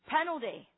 Penalty